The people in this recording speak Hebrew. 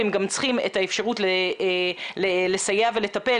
הם גם צריכים את האפשרות לסייע ולטפל,